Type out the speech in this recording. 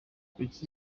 kuki